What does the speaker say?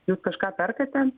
jūs kažką perkate